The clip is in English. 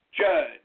judge